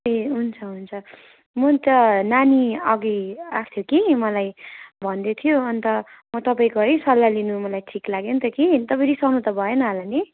ए हुन्छ हुन्छ अन्त नानी अघि आएको थियो कि मलाई भन्दै थियो अन्त म तपाईँको है सल्लाह लिनु मलाई ठिक लाग्यो नि त कि तपाईँ रिसाउनु त भएन होला नि